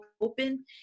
open